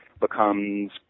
becomes